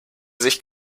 sich